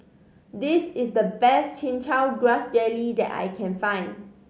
this is the best Chin Chow Grass Jelly that I can find